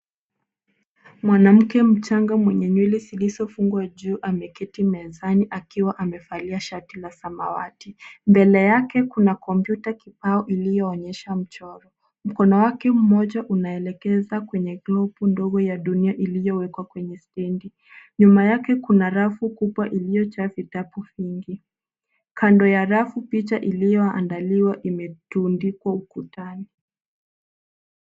Mwanamke mchanga mwenye nywele zilizofungwa juu ameketi mezani akiwa amevalia shati la samawati. Mbele yake kuna kompyuta kibao iliyoonyesha mchoro mkono wake mmoja unaelekeza kwenye globu ndogo ya dunia iliyowekwa kwenye stendi. Nyuma yake kuna rafu kubwa iliyojaa vitabu vingi. Kando ya rafu picha iliyoatandaliwa imetundikwa ukutani.